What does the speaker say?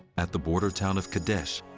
at the border town of kadesh,